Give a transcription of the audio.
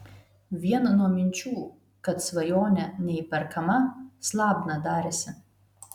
vien nuo minčių kad svajonė neįperkama slabna darėsi